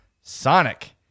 sonic